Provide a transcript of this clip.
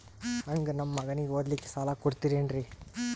ಹಂಗ ನಮ್ಮ ಮಗನಿಗೆ ಓದಲಿಕ್ಕೆ ಸಾಲ ಕೊಡ್ತಿರೇನ್ರಿ?